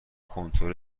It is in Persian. کنترل